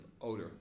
odor